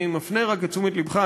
אני מפנה רק את תשומת לבך,